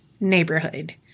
neighborhood